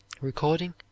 Recording